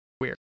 weird